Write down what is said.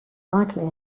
likely